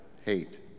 hate